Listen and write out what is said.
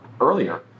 earlier